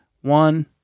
One